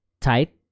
tight